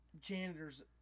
janitors